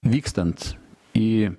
vykstant į